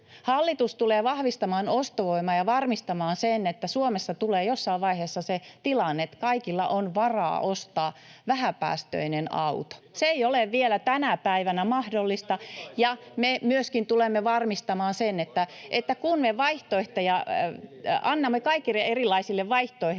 Hallitus tulee vahvistamaan ostovoimaa ja varmistamaan sen, että Suomessa tulee jossain vaiheessa se tilanne, että kaikilla on varaa ostaa vähäpäästöinen auto. [Välihuutoja sosiaalidemokraattien ryhmästä] Se ei ole vielä tänä päivänä mahdollista. Ja me myöskin tulemme varmistamaan sen, että kun me annamme kaikille erilaisille vaihtoehdoille